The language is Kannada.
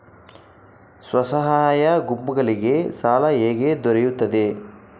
ಸ್ವಸಹಾಯ ಗುಂಪುಗಳಿಗೆ ಸಾಲ ಹೇಗೆ ದೊರೆಯುತ್ತದೆ?